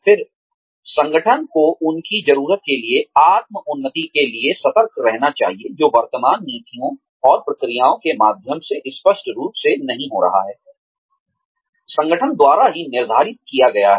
फिर संगठन को उनकी जरूरत के लिए आत्म उन्नति के लिए सतर्क रहना चाहिए जो वर्तमान नीतियों और प्रक्रियाओं के माध्यम से स्पष्ट रूप से नहीं हो रहा है संगठन द्वारा ही निर्धारित किया गया है